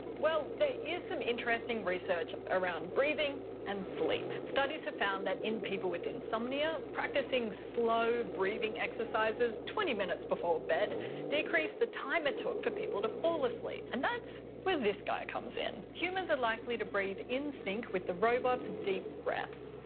well, there is some interesting research around breathing and sleep. studies have found that in people with insomnia, practicing slow breathing exercises twenty minutes before bed decreases the time it took for people to fall asleep. and that's where this guy comes in. humans are likely to breathe in sync with the robot's deep breaths.